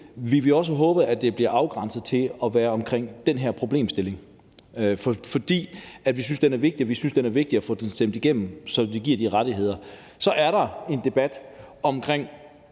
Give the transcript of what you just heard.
Vi vil også håbe, at det bliver afgrænset til at være omkring den her problemstilling, fordi vi synes, at den er vigtig, og at det er vigtigt at få det stemt igennem, så det giver de rettigheder. Så er der en debat omkring